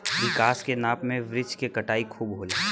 विकास के नाम पे वृक्ष के कटाई खूब होला